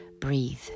breathe